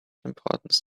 importance